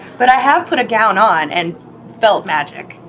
but i have put a gown on and felt magic!